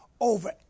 Over